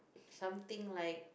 something like